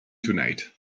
tonight